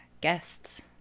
guests